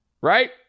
right